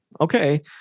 Okay